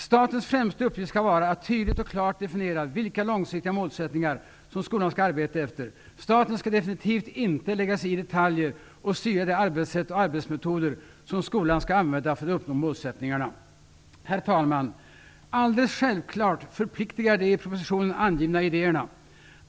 Statens främsta uppgift skall vara att tydligt och klart definiera vilka långsiktiga målsättningar som skolan skall arbeta efter. Staten skall definitivt inte lägga sig i detaljer och styra de arbetssätt och arbetsmetoder som skolan skall använda för att uppnå målsättningarna. Herr talman! Alldeles självklart förpliktigar de i propositionerna angivna idéerna.